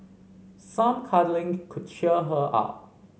some cuddling could cheer her up